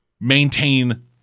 maintain